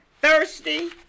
Thirsty